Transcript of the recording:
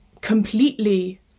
completely